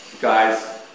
guys